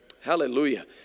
Hallelujah